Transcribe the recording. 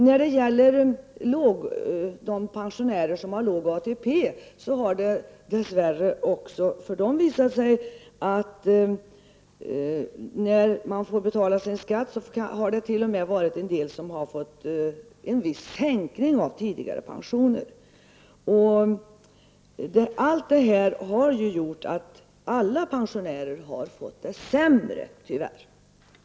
När det gäller pensionärer med låg ATP har det dess värre visat sig att somliga t.o.m. har vidkänts en viss sänkning av sina pensioner. Tyvärr har allt detta gjort att alla pensionärer har fått det sämre.